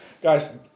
Guys